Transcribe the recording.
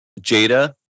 Jada